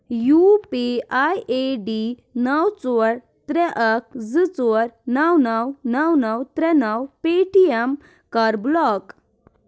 U P I I D نَو ژور ترٛےٚ اکھ زٕ ژور نَو نَو نَو نَو ترٛےٚ نَو پے ٹی ایم کَر بُلاک